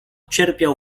cierpiał